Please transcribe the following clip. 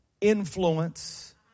influence